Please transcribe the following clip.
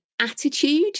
attitude